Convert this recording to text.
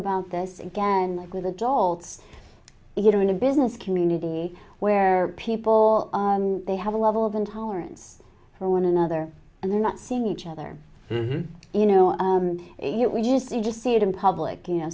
about this again with adults you know in a business community where people they have a level of intolerance for one another and they're not seeing each other you know it we just you just see it in public you know